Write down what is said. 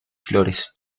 flores